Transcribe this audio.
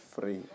free